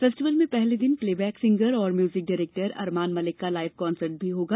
festival में पहले दिन प्लेबैक सिंगर एवं म्यूजिक डायरेक्टर अरमान मलिक का लाइव कंसर्ट होगा